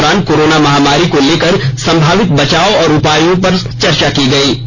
इस दौरान कोरोना महामारी को लेकर संभावित बचाव उपायों और सुझावों पर चर्चा की गई